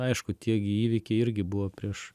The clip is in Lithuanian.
aišku tie gi įvykiai irgi buvo prieš